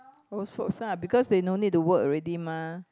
old folks ah because they don't need to work already mah